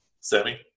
Sammy